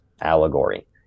allegory